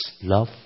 love